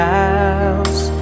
house